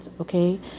okay